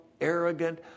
arrogant